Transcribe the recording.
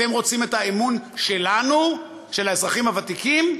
אתם רוצים את האמון שלנו, של האזרחים הוותיקים,